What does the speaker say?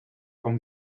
from